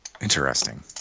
Interesting